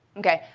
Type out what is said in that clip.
ok.